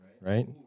right